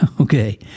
Okay